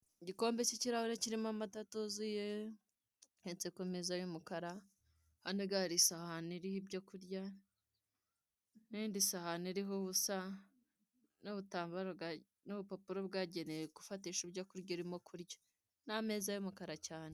Igikombe cy'ikirahure kirimo amata atuzuye, iteretse ku meza y'umukara. Iruhande rwayo hari isahani iriho ibyo kurya, n'indi sahani iriho ubusa, n'ubutambaro bwa, n'ubupapuro bwagenewe gufatisha ibyo kurya urimo kurya, n'ameza y'umukara cyane.